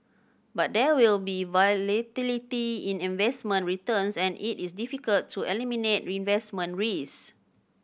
but there will be volatility in investment returns and it is difficult to eliminate reinvestment risk